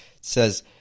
says